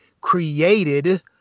created